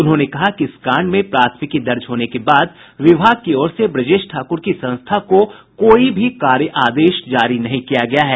उन्होंने कहा कि इस कांड में प्राथमिकी दर्ज होने के बाद विभाग की ओर से ब्रजेश ठाकुर की संस्था को कोई भी कार्य आदेश जारी नहीं किया गया है